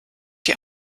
die